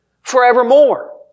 forevermore